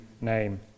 name